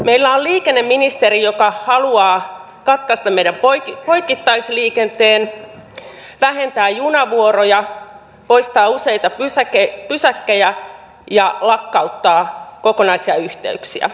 meillä on liikenneministeri joka haluaa katkaista meidän poikittaisliikenteen vähentää junavuoroja poistaa useita pysäkkejä ja lakkauttaa kokonaisia yhteyksiä